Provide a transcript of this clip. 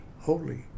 holy